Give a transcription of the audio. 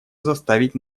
заставить